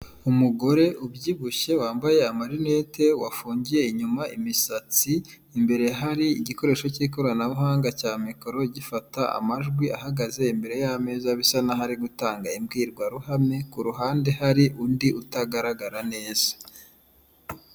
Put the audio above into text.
Umugore ubyibushye wambaye amarinete wafungiye inyuma imisatsi, imbere hari igikoresho cy'ikoranabuhanga cya mikoro gifata amajwi, ahagaze imbere y'ameza bisa n'aho ari gutanga imbwirwaruhame, ku ruhande hari undi utagaragara neza.